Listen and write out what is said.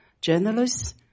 journalists